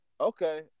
Okay